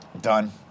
Done